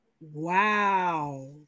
Wow